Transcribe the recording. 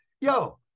yo